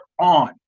on